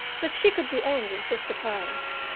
that she could be angry was a surprise.